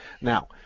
Now